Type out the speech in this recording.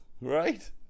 Right